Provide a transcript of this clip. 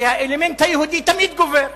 שהאלמנט היהודי תמיד גובר.